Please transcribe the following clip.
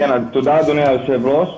כן, תודה אדוני היושב-ראש.